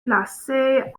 placé